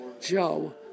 Joe